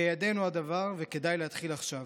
בידינו הדבר, וכדאי להתחיל עכשיו".